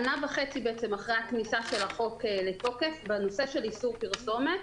שנה וחצי אחרי כניסת החוק לתוקף בנושא של איסור פרסומת.